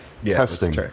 Testing